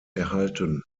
erhalten